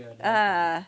uh uh